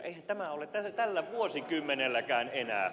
eihän tämä ole tältä vuosikymmeneltäkään enää